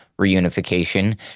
reunification